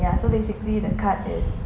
ya so basically the card is